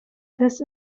this